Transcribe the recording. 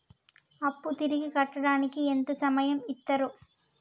అప్పు తిరిగి కట్టడానికి ఎంత సమయం ఇత్తరు?